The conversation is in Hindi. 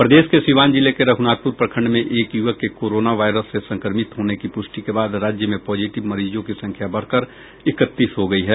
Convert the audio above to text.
प्रदेश के सीवान जिले के रघुनाथपुर प्रखंड में एक युवक के कोरोना वायरस से संक्रमित होने की पुष्टि के बाद राज्य में पॉजिटिव मरीजों की संख्या बढ़कर इक्तीस हो गई है